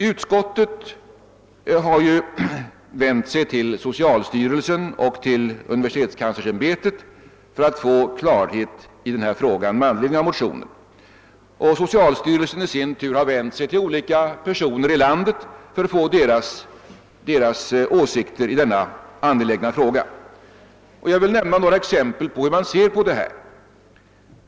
Utskottet har vänt sig till socialstyrelsen och universitetskanslersämbetet för att få klarhet i denna sak med anledning av motionerna, och socialstyrelsen har i sin tur vänt sig till olika personer i landet för att få del av deras åsikter i denna angelägna fråga. Jag vill nämna några exempel på hur man ser på frågan.